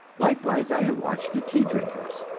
likewise, i have watched the tea drinkers.